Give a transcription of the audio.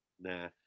Nah